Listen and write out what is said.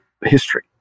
history